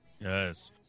Yes